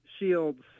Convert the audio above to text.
Shields